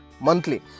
monthly